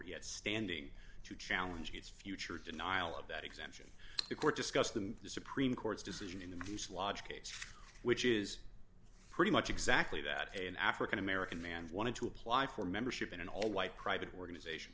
yet standing to challenge its future denial of that exemption the court discuss the supreme court's decision in the fuselage case which is pretty much exactly that an african american man wanted to apply for membership in an all white private organization